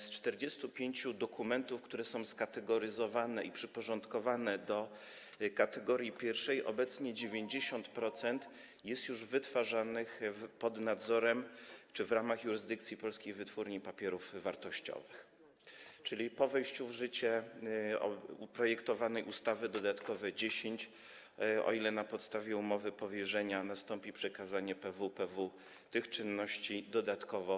Z 45 dokumentów, które są skategoryzowane i przyporządkowane do kategorii pierwszej, obecnie 90% jest już wytwarzanych pod nadzorem czy w ramach jurysdykcji Polskiej Wytwórni Papierów Wartościowych, czyli po wejściu w życie projektowanej ustawy dodatkowo 10 dokumentów, o ile na podstawie umowy powierzenia nastąpi przekazanie PWPW tych czynności, będzie mogła ona wytwarzać.